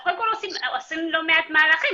קודם כל עושים לא מעט מהלכים,